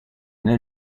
nel